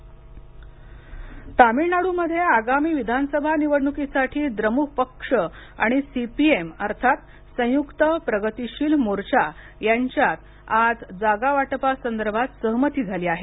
तामिळनाडू जागावाटप तामिळनाडूमध्ये आगामी विधानसभा निवडणुकीसाठी द्रमुक पक्ष आणि सी पी एम अर्थात संयुक्त प्रगतीशील मोर्चा यांच्यात आज जागावाटपासंदर्भात सहमती झाली आहे